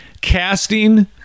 casting